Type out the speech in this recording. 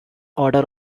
order